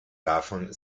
davon